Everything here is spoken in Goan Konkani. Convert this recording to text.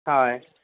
हय